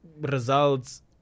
results